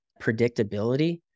predictability